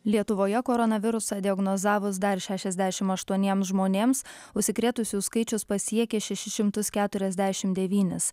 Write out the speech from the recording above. lietuvoje koronavirusą diagnozavus dar šešiasdešim aštuoniems žmonėms užsikrėtusiųjų skaičius pasiekė šešis šimtus keturiasdešimt devynis